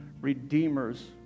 redeemers